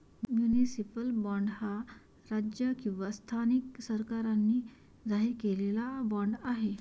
municipal bond हा राज्य किंवा स्थानिक सरकारांनी जारी केलेला बाँड आहे